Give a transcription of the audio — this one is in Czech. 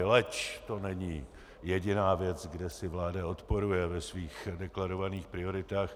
Leč to není jediná věc, kde si vláda odporuje ve svých deklarovaných prioritách.